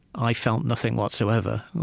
i felt nothing whatsoever,